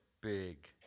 big